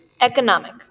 Economic